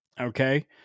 okay